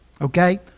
Okay